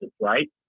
right